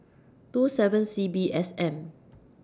two seven C B S M